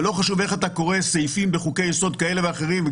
ולא חשוב איך אתה קורא סעיפים בחוקי-יסוד כאלה ואחרים,